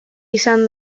izan